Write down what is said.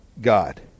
God